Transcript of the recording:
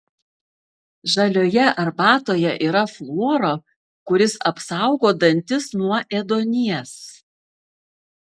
žalioje arbatoje yra fluoro kuris apsaugo dantis nuo ėduonies